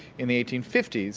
in the eighteen fifty s.